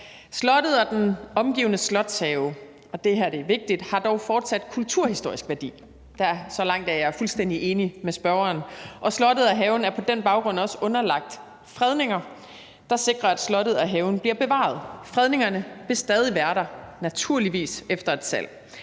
langt er jeg fuldstændig enig med spørgeren. Slottet og haven er på den baggrund også underlagt fredninger, der sikrer, at slottet og haven bliver bevaret. Fredningerne vil stadig være der, naturligvis, efter et salg.